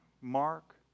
Mark